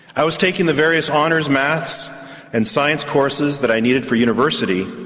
i was taking the various honours, maths and science courses that i needed for university,